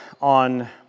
on